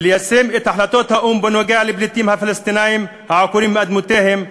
ליישם את החלטות האו"ם בנוגע לפליטים הפלסטינים העקורים מאדמותיהם,